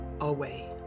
away